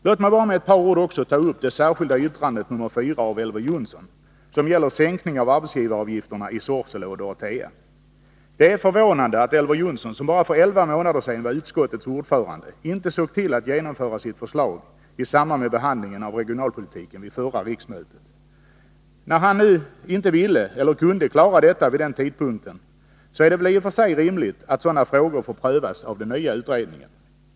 Låt mig bara med några ord också ta upp det särskilda yttrandet nr 4 av Elver Jonsson, som gäller sänkning av arbetsgivaravgifterna i Sorsele och Dorotea. Det är förvånande att Elver Jonsson, som för bara elva månader sedan var utskottets ordförande, inte såg till att genomföra sitt förslag i samband med behandlingen av regionalpolitiken vid förra riksmötet. När han nu inte ville eller kunde klara detta vid den tidpunkten, är det väl i och för sig rimligt att sådana frågor får prövas av den nya utredningen.